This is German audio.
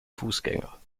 fußgänger